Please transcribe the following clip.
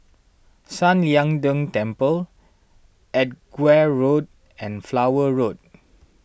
San Lian Deng Temple Edgware Road and Flower Road